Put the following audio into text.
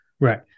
Right